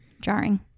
jarring